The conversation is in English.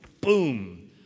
boom